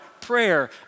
prayer